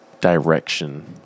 direction